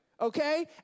okay